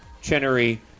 Chenery